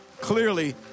clearly